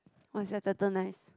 was the turtle nice